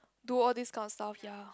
do all these kind of stuff ya